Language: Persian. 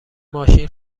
ماشین